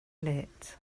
lit